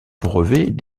brevets